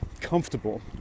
comfortable